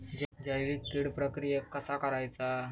जैविक कीड प्रक्रियेक कसा करायचा?